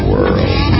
World